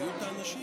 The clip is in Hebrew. כבוד היושב-ראש,